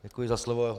Děkuji za slovo.